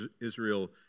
Israel